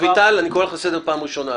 רויטל, אני קורא לך לסדר פעם ראשונה.